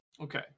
Okay